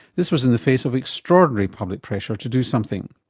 this was in the face of extraordinary public pressure to do something.